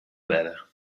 better